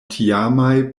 tiamaj